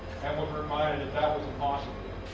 and was reminded that that was impossible.